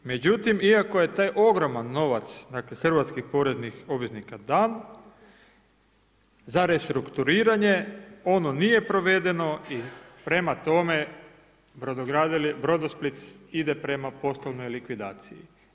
Međutim iako je taj ogroman novac hrvatskih poreznih obveznika dan za restrukturiranje ono nije provedeno i prema tome Brodosplit ide prema poslovnoj likvidaciji.